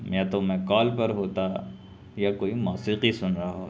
یا تو میں کال پر ہوتا یا کوئی موسیقی سن رہا ہوتا